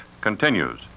continues